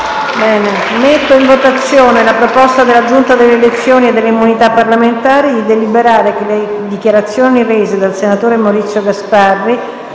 con scrutinio simultaneo della proposta della Giunta delle elezioni e delle immunità parlamentari di deliberare che le dichiarazioni rese dal senatore Maurizio Gasparri